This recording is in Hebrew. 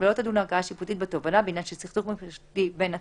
ולא תדון ערכאה שיפוטית בתובענה בעניין של סכסוך משפחתי בין הצדדים,